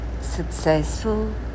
successful